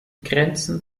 grenzen